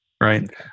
Right